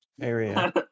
area